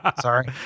Sorry